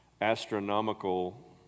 astronomical